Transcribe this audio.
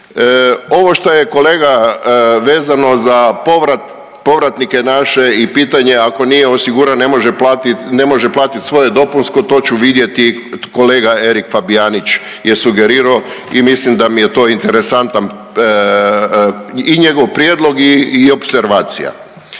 Ovo šta je kolega vezano za povrat, povratnike naše i pitanje ako nije osiguran, ne može platiti svoje dopunsko, to ću vidjeti, kolega Erik Fabijanić je sugerirao i mislim da mi je to interesantan i njegov prijedlog i opservacija.